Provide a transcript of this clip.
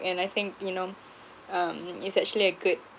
and I think you know um it's actually a good